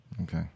Okay